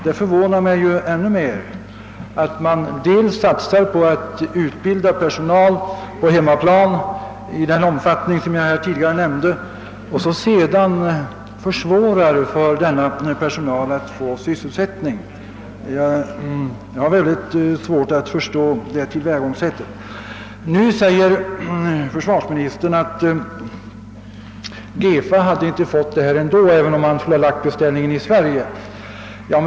Det förvånar mig att man i den omfattning som jag tidigare nämnde satsar på att utbilda personal på hemmamarknaden och sedan försvårar för denna personal att få sysselsättning. Jag har väldigt svårt att förstå detta tillvägagångssätt. Försvarsministern säger att GEFA inte hade fått denna beställning även om den lagts på en fabrik i Sverige.